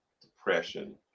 depression